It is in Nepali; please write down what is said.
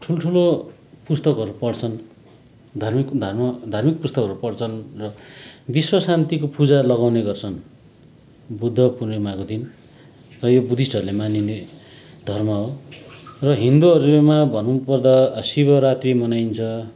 ठुल्ठुलो पुस्तकहरू पढ्छन् धार्मिक धर्म धार्मिक पुस्तकहरू पढ्छन् र विश्वशान्तिको पूजा लगाउने गर्छन् बुद्ध पुर्णिमाको दिन र यो बुद्धिस्टहरूले मानिने धर्म हो र हिन्दुहरूमा भन्नुपर्दा शिवरात्रि मनाइन्छ